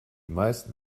meisten